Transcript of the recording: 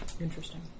Interesting